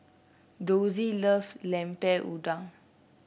Dossie love Lemper Udang